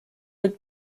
alt